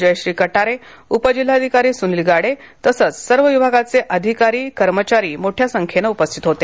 जयश्री कटारे उपजिल्हाधिकारी सुनिल गाडे तसेच सर्व विभागाचे अधिकारी कर्मचारी मोठ्या संख्येने उपस्थित होते